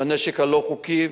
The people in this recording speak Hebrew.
בנשק הלא-חוקי,